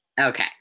Okay